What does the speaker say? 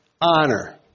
honor